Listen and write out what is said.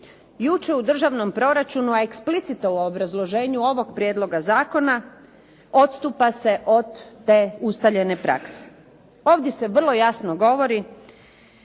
Jučer u državnom proračunu, a explicite u obrazloženju ovog prijedloga zakona odstupa se od te ustaljene prakse. Ovdje se vrlo jasno govori